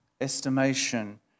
estimation